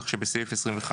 כך שבסעיף 25